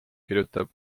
kirjutab